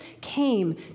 came